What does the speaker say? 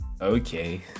Okay